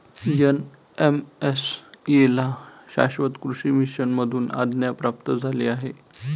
NMSA ला शाश्वत कृषी मिशन मधून आज्ञा प्राप्त झाली आहे